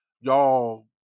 y'all